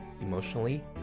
emotionally